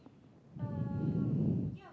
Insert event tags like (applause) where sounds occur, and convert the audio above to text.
(breath)